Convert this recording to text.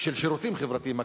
חדשה של שירותים חברתיים.